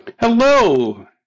Hello